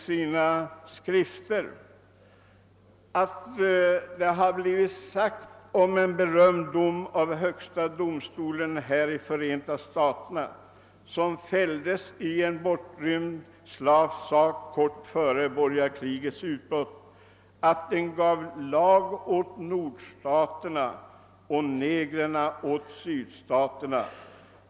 George skriver där följande: »Det har blivit sagt om en berömd dom av högsta domstolen här i Förenta staterna, som fälldes i en bortrymd slavs sak kort före borgarkrigets utbrott, att ”den gav lag åt nordstaterna och negrerna åt sydstaterna”.